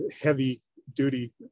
heavy-duty